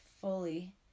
fully